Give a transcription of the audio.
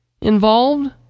involved